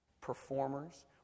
performers